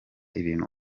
ibintu